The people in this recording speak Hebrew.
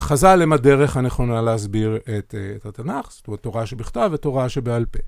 חז"ל הם הדרך הנכונה להסביר את התנ"ך, זאת אומרת, תורה שבכתב ותורה שבעל פה.